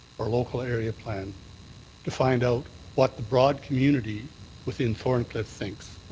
or local area plan to find out what the broad community within thorncliff thinks.